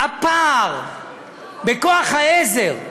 הפער בכוח העזר,